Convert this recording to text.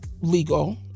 legal